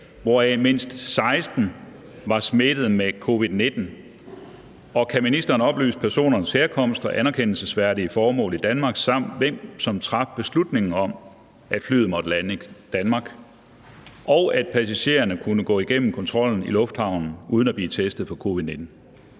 hvoraf mindst 16 var smittet med covid-19, og kan ministeren oplyse personernes herkomst og anerkendelsesværdige formål i Danmark, samt hvem som traf beslutning om, at flyet måtte lande i Danmark, og at passagererne kunne gå gennem kontrollen i lufthavnen uden at blive testet for covid-19?